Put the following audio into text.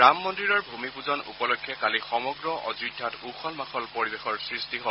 ৰাম মদ্দিৰৰ ভূমি পূজন উপলক্ষে কালি সমগ্ৰ অযোধ্যাত উখল মাখল পৰিৱেশৰ সৃষ্টি হয়